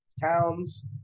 Towns